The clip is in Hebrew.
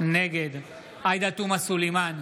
נגד עאידה תומא סלימאן,